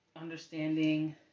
understanding